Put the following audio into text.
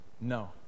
No